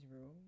room